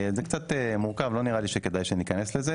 זה קצת מורכב, לא נראה לי שכדאי שניכנס לזה.